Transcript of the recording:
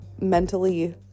mentally